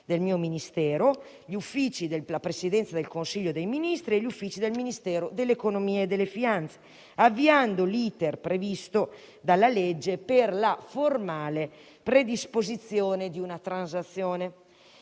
del mio Ministero, della Presidenza del Consiglio dei ministri, del Ministero dell'economia e delle finanze, avviando l'*iter* previsto dalla legge per la formale predisposizione di una transazione.